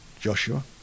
Joshua